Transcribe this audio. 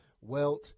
welt